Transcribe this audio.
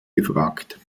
gefragt